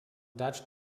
dutch